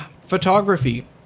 Photography